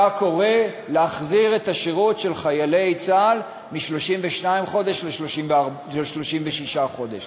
קורא להחזיר את השירות של חיילי צה"ל מ-32 חודש ל-36 חודש.